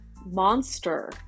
monster